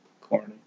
corny